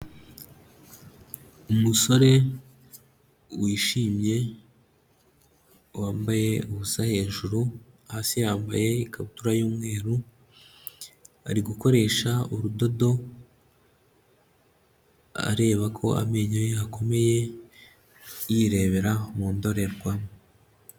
Umusore wishimye wambaye ubusa hejuru, hasi yambaye ikabutura y'umweru, ari gukoresha urudodo areba ko amenyo ye akomeye, yirebera mu ndorerwamu.